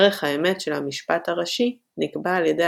ערך האמת של המשפט הראשי נקבע על ידי